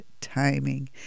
timing